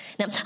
Now